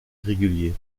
irrégulier